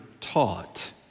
taught